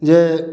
जे